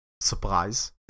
surprise